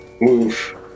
move